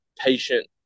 patient